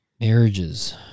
Marriages